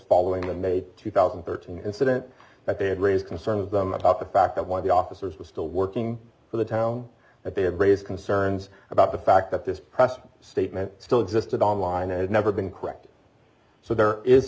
following the may two thousand and thirteen incident that they had raised concerns of them pop the fact that one of the officers was still working for the town that they had raised concerns about the fact that this press statement still existed online and had never been corrected so there is